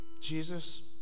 Jesus